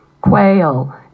quail